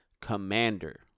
Commander